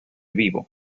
vivo